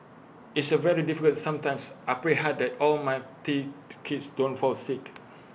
it's A very difficult sometimes I pray hard that all my three kids don't fall sick